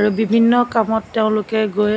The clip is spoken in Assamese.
আৰু বিভিন্ন কামত তেওঁলোকে গৈ